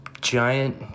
giant